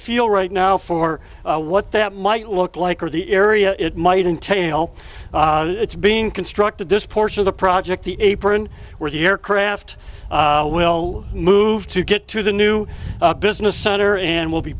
feel right now for what that might look like or the area it might entail it's being constructed this portion of the project the apron where the aircraft will move to get to the new business center and will be